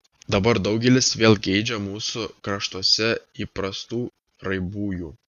dabar daugelis vėl geidžia mūsų kraštuose įprastų raibųjų